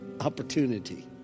Opportunity